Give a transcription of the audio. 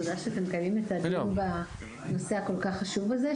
תודה שאתם מקיימים את הדיון בנושא הכול כך חשוב הזה.